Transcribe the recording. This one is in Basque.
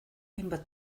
hainbat